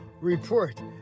Report